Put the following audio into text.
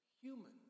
human